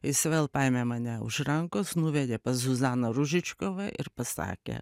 jis vėl paėmė mane už rankos nuvedė pas zuzaną ružičkovą ir pasakė